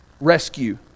Rescue